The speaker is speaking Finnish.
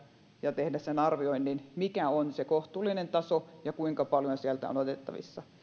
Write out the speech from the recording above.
ja tehdä sen arvioinnin mikä on kohtuullinen taso ja kuinka paljon sieltä on otettavissa